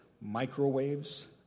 microwaves